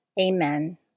Amen